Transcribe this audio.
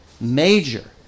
major